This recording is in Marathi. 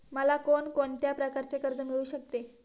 मला कोण कोणत्या प्रकारचे कर्ज मिळू शकते?